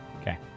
Okay